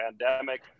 pandemic